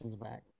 back